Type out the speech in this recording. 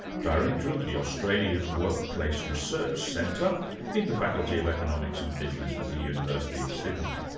director of the australian workplace research centre in the faculty of economics and business at the university of sydney.